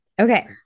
okay